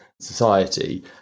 society